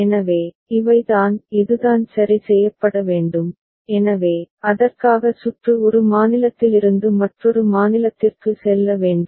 எனவே இவை தான் இதுதான் சரி செய்யப்பட வேண்டும் எனவே அதற்காக சுற்று ஒரு மாநிலத்திலிருந்து மற்றொரு மாநிலத்திற்கு செல்ல வேண்டும்